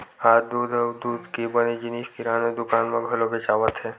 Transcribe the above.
आज दूद अउ दूद के बने जिनिस किराना दुकान म घलो बेचावत हे